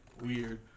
weird